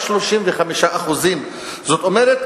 במגילת העצמאות,